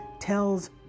tells